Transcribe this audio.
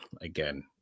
again